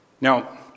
Now